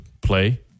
play